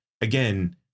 again